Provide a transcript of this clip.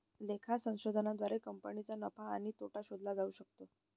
लेखा संशोधनाद्वारे कंपनीचा नफा आणि तोटा शोधला जाऊ शकतो